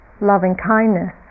loving-kindness